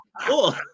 Cool